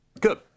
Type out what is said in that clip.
Good